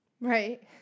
Right